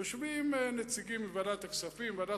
יושבים נציגים בוועדת הכספים ובוועדת